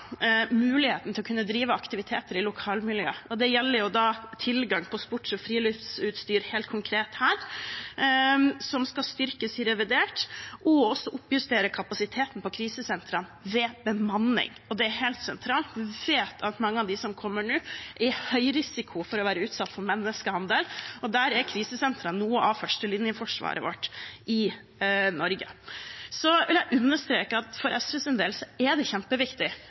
muligheten til å kunne drive aktiviteter i lokalmiljøet. Det gjelder helt konkret tilgang på sports- og friluftsutstyr, noe som skal styrkes i revidert, og også å oppjustere kapasiteten på krisesentrene ved bemanning. Det er helt sentralt. Vi vet at mange av dem som kommer nå, er i høy risiko for å være utsatt for menneskehandel, og der er krisesentrene noe av førstelinjeforsvaret vårt i Norge. Jeg vil understreke at for SVs del er det kjempeviktig